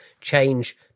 change